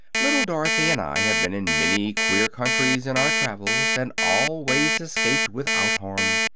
little dorothy and i have been in many queer countries in our travels, and always escaped without harm.